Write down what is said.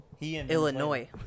Illinois